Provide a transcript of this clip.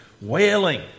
wailing